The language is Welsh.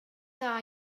dda